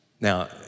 Now